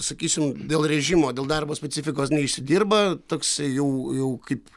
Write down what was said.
sakysim dėl režimo dėl darbo specifikos neišsidirba toksai jau jau kaip